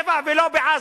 בבאר-שבע ולא בעזה.